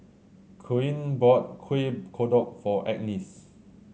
Koen bought Kuih Kodok for Agness